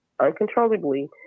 uncontrollably